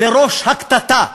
לראש הקטטה,